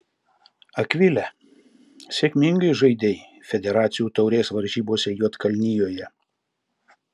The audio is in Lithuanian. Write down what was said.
akvile sėkmingai žaidei federacijų taurės varžybose juodkalnijoje